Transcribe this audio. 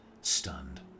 stunned